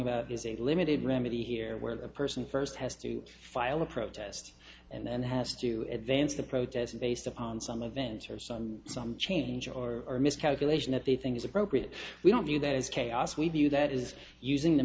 about is a limited remedy here where the person first has to file a protest and then has to advance the protests based upon some adventuresome some change or miscalculation that they think is appropriate we don't view that as chaos we view that is using the